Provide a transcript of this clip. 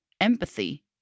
empathy